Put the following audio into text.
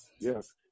Yes